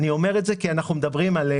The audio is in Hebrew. אבל אני אומר את זה כי אנחנו מדברים עליהם.